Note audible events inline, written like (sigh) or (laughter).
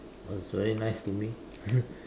but it's very nice to me (laughs)